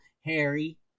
Harry